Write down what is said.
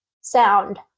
sound